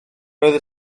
roedd